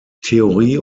theorie